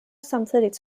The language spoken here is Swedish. samtidigt